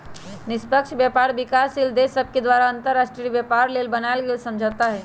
निष्पक्ष व्यापार विकासशील देश सभके द्वारा अंतर्राष्ट्रीय व्यापार लेल बनायल गेल समझौता हइ